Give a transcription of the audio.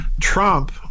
Trump